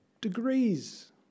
degrees